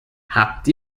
habt